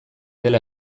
dela